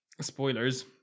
spoilers